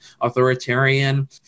authoritarian